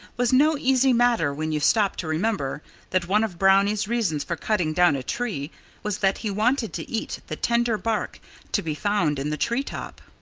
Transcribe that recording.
was no easy matter when you stop to remember that one of brownie's reasons for cutting down a tree was that he wanted to eat the tender bark to be found in the tree-top.